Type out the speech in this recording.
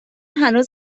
هنوز